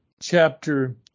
chapter